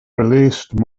released